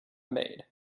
maid